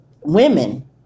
women